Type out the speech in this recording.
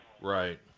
Right